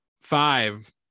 five